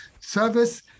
service